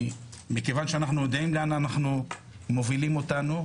מכיוון שאנחנו יודעים לאן מובילים אותנו,